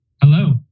Hello